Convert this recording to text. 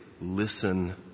listen